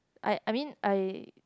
I I mean I